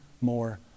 more